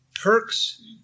Perks